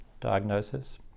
diagnosis